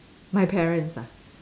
my parents ah